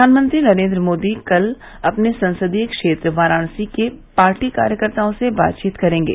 प्रधानमंत्री नरेन्द्र मोदी कल अपने संसदीय क्षेत्र वाराणसी के पार्टी कार्यकर्ताओं से बातचीत करेंगे